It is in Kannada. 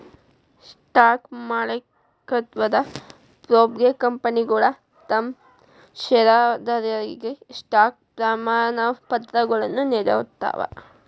ಸ್ಟಾಕ್ ಮಾಲೇಕತ್ವದ ಪ್ರೂಫ್ಗೆ ಕಂಪನಿಗಳ ತಮ್ ಷೇರದಾರರಿಗೆ ಸ್ಟಾಕ್ ಪ್ರಮಾಣಪತ್ರಗಳನ್ನ ನೇಡ್ತಾವ